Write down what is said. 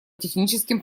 техническим